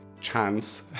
chance